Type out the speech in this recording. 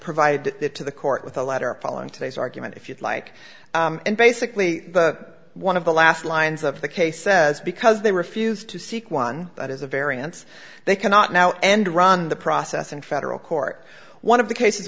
provide that to the court with a letter following today's argument if you'd like and basically one of the last lines of the case says because they refused to seek one that is a variance they cannot now end run the process in federal court one of the cases